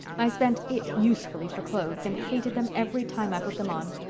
i spent it usefully for clothes and hated them every time i put them on.